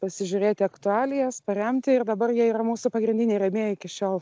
pasižiūrėti aktualijas paremti ir dabar jie yra mūsų pagrindiniai rėmėjai iki šiol